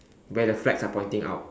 where the flags are pointing out